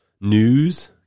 news